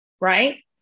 right